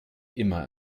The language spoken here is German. immer